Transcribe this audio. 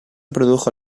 produjo